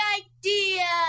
idea